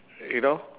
you know